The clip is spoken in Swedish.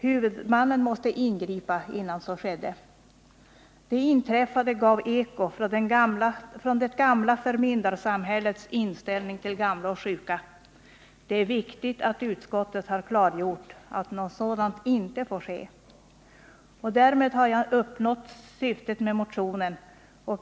Huvudmannen måste ingripa innan så skedde. Det inträffade upplevdes som ett eko från det gamla förmyndarsamhällets inställning till gamla och sjuka. Det är viktigt att utskottet har klargjort att något sådant inte får ske. Därmed har jag uppnått syftet med motionen.